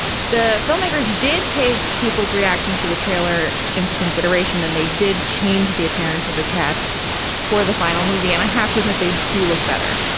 the filmmakers did take people's reactions to the trailer into consideration, and they did change the appearance of the cats for the final movie. and i have to admit, they do look better.